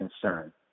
concern